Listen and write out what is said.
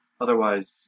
otherwise